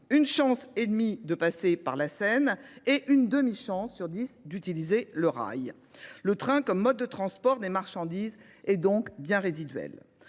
une chance et demie de passer par la Seine et une demie chance sur dix d'utiliser le rail. Le train comme mode de transport des marchandises est donc bien résiduel.